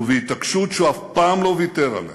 ובהתעקשות שהוא אף פעם לא ויתר עליה,